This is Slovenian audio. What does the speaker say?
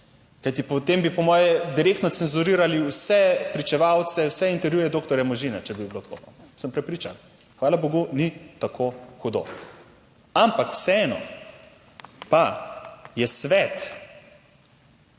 kajti potem bi po moje direktno cenzurirali vse pričevalce, vse intervjuje doktorja Možine, če bi bilo tako, sem prepričan; hvala bogu, ni tako hudo. Ampak vseeno pa je svet